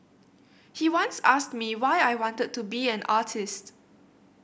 he once asked me why I wanted to be an artist